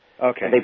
Okay